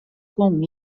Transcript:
com